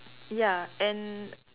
ya and